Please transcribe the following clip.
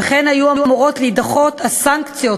וכן היו אמורות להידחות הסנקציות